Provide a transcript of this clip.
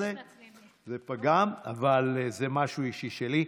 זה פגם, אבל זה משהו אישי שלי.